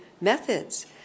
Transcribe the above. methods